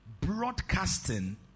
Broadcasting